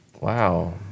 wow